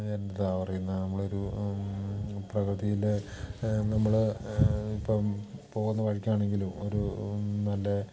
എന്താ പറയുന്നത് നമ്മളൊരു പ്രകൃതിയിലെ നമ്മൾ ഇപ്പം പോവുന്ന വഴിക്കാണെങ്കിലും ഒരു നല്ല